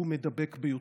שהוא מידבק ביותר.